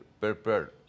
prepared